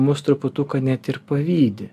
mus truputuką net ir pavydi